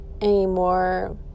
anymore